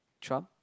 Trump